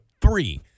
three